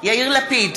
יאיר לפיד,